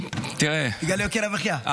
בגלל יוקר המחיה.